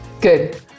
Good